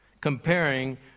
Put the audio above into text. comparing